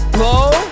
low